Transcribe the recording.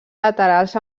laterals